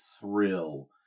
thrill